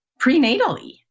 prenatally